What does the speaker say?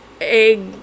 egg